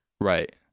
Right